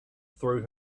threw